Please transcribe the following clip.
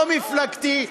לא מפלגתי.